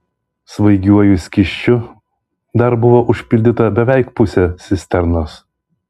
svaigiuoju skysčiu dar buvo užpildyta beveik pusė cisternos